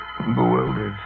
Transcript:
bewildered